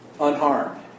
unharmed